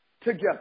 together